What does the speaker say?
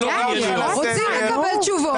רוצים לקבל תשובות.